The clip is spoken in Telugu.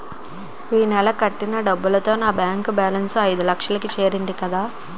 ఈ నెల కట్టిన డబ్బుతో నా బ్యాంకు బేలన్స్ ఐదులక్షలు కు చేరుకుంది కదా